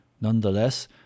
Nonetheless